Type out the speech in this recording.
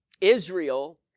Israel